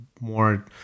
more